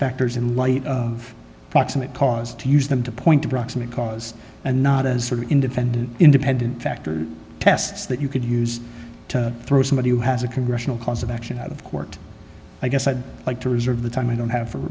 factors in light of proximate cause to use them to point to proximate cause and not as sort of independent independent factor tests that you could use to throw somebody who has a congressional cause of action out of court i guess i'd like to reserve the time i don't have